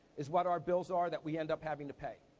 is what our bills are that we end up having to pay.